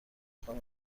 خوام